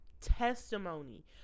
testimony